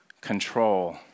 control